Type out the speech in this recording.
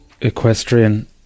Equestrian